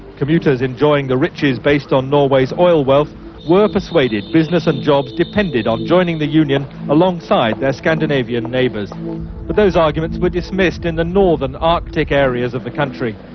commuters enjoying the riches based on norway's oil wealth were persuaded business and jobs depended on joining the union alongside their scandinavian neighbours. but those arguments were dismissed in the northern arctic areas of the country.